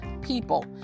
people